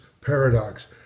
paradox